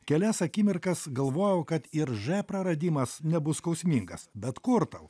kelias akimirkas galvojau kad ir ž praradimas nebus skausmingas bet kur tau